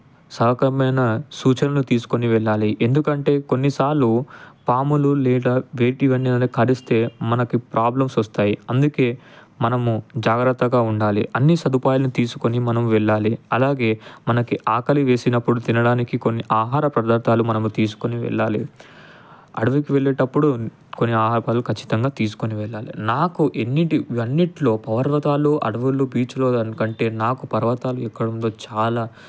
సౌకర్యమైన సూచనలు తీసుకొని వెళ్ళాలి ఎందుకంటే కొన్నిసార్లు పాములు లేదా వేటి మీదనా కరిస్తే మనకి ప్రాబ్లంస్ వస్తాయి అందుకే మనము జాగ్రత్తగా ఉండాలి అన్ని సదుపాయాలు తీసుకొని మనం వెళ్లాలి అలాగే మనకి ఆకలి వేసినప్పుడు తినడానికి కొన్ని ఆహార పదార్థాలు మనము తీసుకొని వెళ్ళాలి అడవికి వెళ్లేటప్పుడు కొన్ని ఆహార పదార్థాలు ఖచ్చితంగా తీసుకొని వెళ్ళాలి నాకు ఎన్నింటి ఇవన్నిట్లో పర్వతాలు అడువులు బీచులు కంటే నాకు పర్వతాలు ఎక్కడంలో చాలా